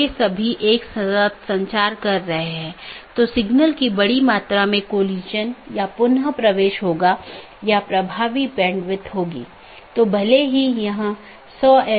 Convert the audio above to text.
यदि इस संबंध को बनाने के दौरान AS में बड़ी संख्या में स्पीकर हैं और यदि यह गतिशील है तो इन कनेक्शनों को बनाना और तोड़ना एक बड़ी चुनौती है